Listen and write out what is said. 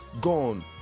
gone